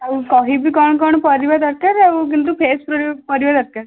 ଆଉ କହିବି କଣ କଣ ପରିବା ଦରକାର ଆଉ କିନ୍ତୁ ଫ୍ରେଶ୍ ପରିବା ଦରକାର